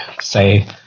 say